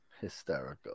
hysterical